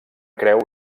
creu